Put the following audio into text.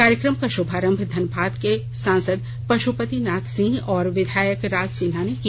कार्यक्रम का शुभारंभ धनबाद के सांसद पशुपति नाथ सिंह और विघायक राज सिन्हा ने किया